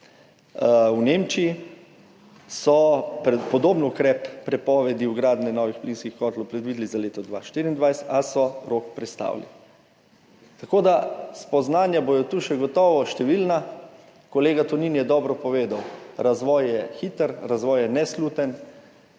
v Nemčiji so podoben ukrep prepovedi vgradnje novih plinskih kotlov predvideli za leto 2024, a so rok prestavili. Tako da bodo spoznanja tu še gotovo številna. Kolega Tonin je dobro povedal, razvoj je hiter, razvoj je nesluten.